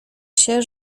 się